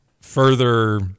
further